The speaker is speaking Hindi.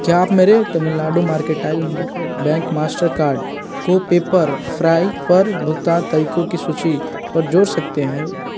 क्या आप मेरे तमिलनाड मर्केंटाइल बैंक मास्टरकार्ड को पेप्पर फ्राई पर भुगतान तरीकों की सूचि पर जोड़ सकते हो